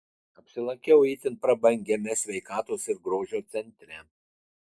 apsilankiau itin prabangiame sveikatos ir grožio centre